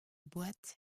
boîte